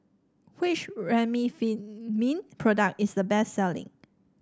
which Remifemin product is the best selling